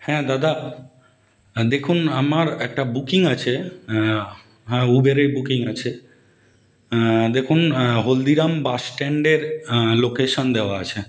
হ্যাঁ দাদা হ্যাঁ দেখুন আমার একটা বুকিং আছে হ্যাঁ উবেরে বুকিং আছে দেখুন হলদিরাম বাসস্ট্যান্ডের লোকেশান দেওয়া আছে